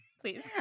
Please